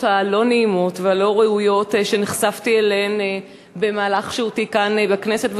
הלא-נעימות והלא-ראויות שנחשפתי אליהן במהלך שהותי כאן בכנסת,